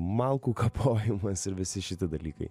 malkų kapojimas ir visi šiti dalykai